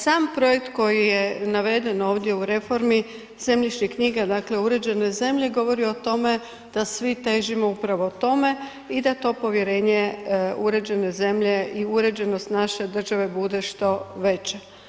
Sam projekt koji je naveden ovdje u reformi zemljišnih knjiga, dakle uređene zemlje govori o tome da svi težimo upravo tome i da to povjerenje uređene zemlje i uređenost naše države bude što veće.